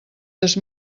des